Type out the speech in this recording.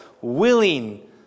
willing